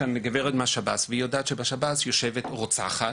כאן גברת מהשב"ס, והיא יודעת שבשב"ס יושבת רוצחת